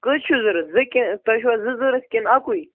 کٔژ چھُو ضوٚرَتھ زٕ کہِ تۄہہِ چھُوا زٕ ضوٚرَتھ کِنہٕ اَکُے